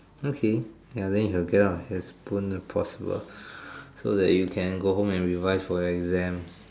okay ya then you can get out of here as soon as possible so that you can go home and revise for your exams